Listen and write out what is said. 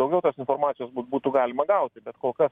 daugiau informacijos būtų galima gauti bet kol kas